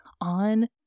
on